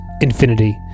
infinity